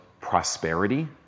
prosperity